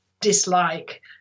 dislike